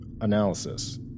Analysis